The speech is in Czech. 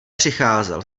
přicházel